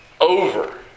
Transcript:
over